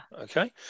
Okay